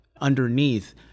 underneath